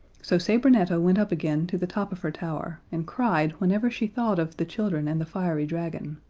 so sabrinetta went up again to the top of her tower, and cried whenever she thought of the children and the fiery dragon.